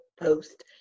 post